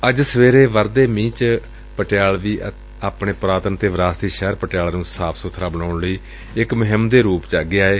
ਅੱਜ ਸਵੇਰੇ ਵਰੁਦੇ ਮੀਹ ਚ ਪਟਿਆਲਵੀ ਆਪਣੇ ਪੁਰਾਤਨ ਤੇ ਵਿਰਾਸਤੀ ਸ਼ਹਿਰ ਪਟਿਆਲਾ ਨੂੰ ਸਾਫ ਸੁੱਬਰਾ ਕਰਨ ਅਤੇ ਸੱਵੱਛ ਬਣਾਉਣ ਲਈ ਇੱਕ ਮੁਹਿੰਮ ਦੇ ਰੂਪ ਚ ਅੱਗੇ ਆਏ